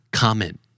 comment